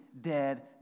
dead